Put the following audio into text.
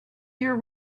year